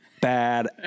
bad